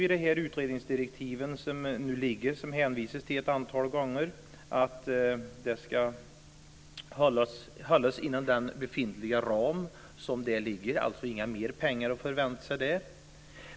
I de utredningsdirektiv som finns och som hänvisas till ett antal gånger står det att det ska hållas inom den befintliga ramen. Det finns alltså inga mer pengar att förvänta sig där.